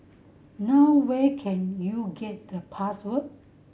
now where can you get the password